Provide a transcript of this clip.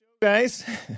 guys